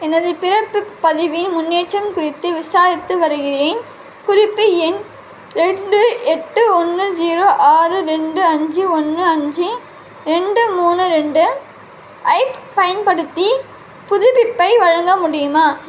எனது பிறப்பு பதிவின் முன்னேற்றம் குறித்து விசாரித்து வருகிறேன் குறிப்பு எண் ரெண்டு எட்டு ஒன்று ஜீரோ ஆறு ரெண்டு அஞ்சு ஒன்று அஞ்சு ரெண்டு மூணு ரெண்டு ஐப் பயன்படுத்தி புதுப்பிப்பை வழங்க முடியுமா